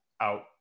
out